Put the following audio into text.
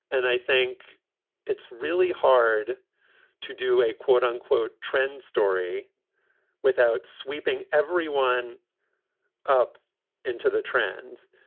and i think it's really hard to do a quote unquote trend story without sweeping everyone up into the trend.